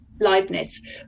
Leibniz